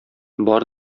бар